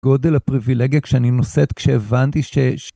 גודל הפריווילגיה כשאני נושאת כשהבנתי ש...